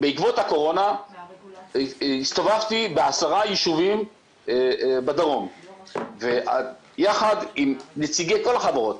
בעקבות הקורונה הסתובבתי בעשרה יישובים בדרום ויחד עם נציגי כל החברות,